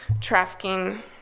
trafficking